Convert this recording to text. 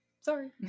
Sorry